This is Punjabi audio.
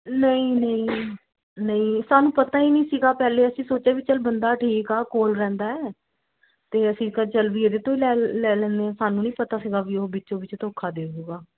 ਨਹੀਂ ਨਹੀਂ ਨਹੀਂ ਸਾਨੂੰ ਪਤਾ ਹੀ ਨਹੀਂ ਸੀਗਾ ਪਹਿਲੇ ਅਸੀਂ ਸੋਚਿਆ ਵੀ ਚੱਲ ਬੰਦਾ ਠੀਕ ਆ ਕੋਲ ਰਹਿੰਦਾ ਅਤੇ ਅਸੀਂ ਕਿਹਾ ਚਲ ਵੀ ਇਹਦੇ ਤੋਂ ਹੀ ਲੈ ਲੈ ਲੈਨੇ ਆ ਸਾਨੂੰ ਨਹੀਂ ਪਤਾ ਸੀਗਾ ਵੀ ਉਹ ਵਿੱਚੋਂ ਵਿੱਚ ਧੋਖਾ ਦੇ ਜੂਗਾ